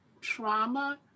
trauma